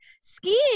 skiing